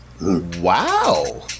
Wow